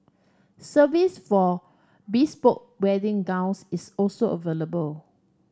service for bespoke wedding gowns is also available